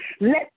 Let